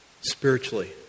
Spiritually